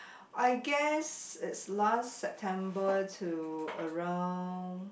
I guess it's last September to around